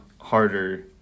harder